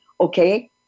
okay